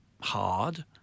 hard